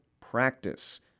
practice